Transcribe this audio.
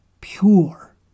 Pure